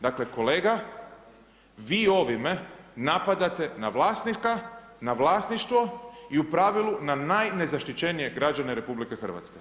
Dakle kolega, vi ovime napadate na vlasnika, na vlasništvo i u pravilu na najnezaštićenije građane RH.